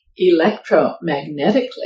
electromagnetically